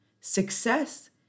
Success